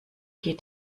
geht